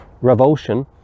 revulsion